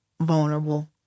vulnerable